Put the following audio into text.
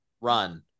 run